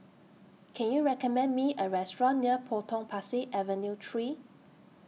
Can YOU recommend Me A Restaurant near Potong Pasir Avenue three